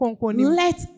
Let